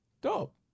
Dope